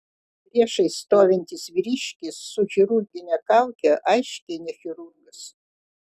priešais stovintis vyriškis su chirurgine kauke aiškiai ne chirurgas